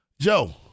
Joe